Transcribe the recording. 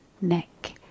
neck